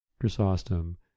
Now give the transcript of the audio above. Chrysostom